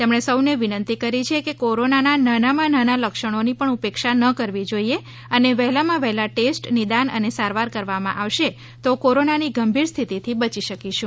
તેમણે સૌને વિનંતી કરી છે કે કોરોનાના નાનામાં નાના લક્ષણોની પણ ઉપેક્ષા ન કરવી જોઇએ અને વહેલામાં વહેલા ટેસ્ટ નિદાન અને સારવાર કરવામાં આવશે તો કોરોનાની ગંભીર સ્થિતિથી બચી શકીશું